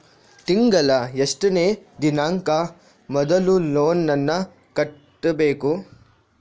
ತಿಂಗಳ ಎಷ್ಟನೇ ದಿನಾಂಕ ಮೊದಲು ಲೋನ್ ನನ್ನ ಕಟ್ಟಬೇಕು?